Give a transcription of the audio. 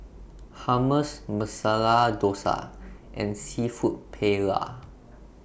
Hummus Masala Dosa and Seafood Paella